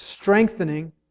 strengthening